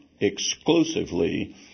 exclusively